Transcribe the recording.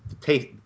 taste